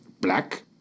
Black